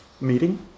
meeting